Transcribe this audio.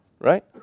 right